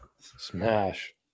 Smash